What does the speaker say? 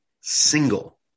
single